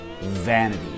vanity